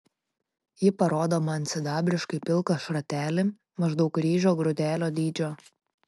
ji parodo man sidabriškai pilką šratelį maždaug ryžio grūdelio dydžio